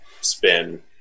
spin